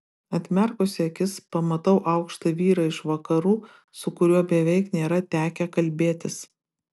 atmerkusi akis pamatau aukštą vyrą iš vakarų su kuriuo beveik nėra tekę kalbėtis